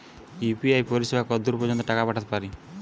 UPI পরিসেবা কতদূর পর্জন্ত টাকা পাঠাতে পারি?